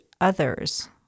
other's